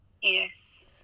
yes